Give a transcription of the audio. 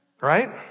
right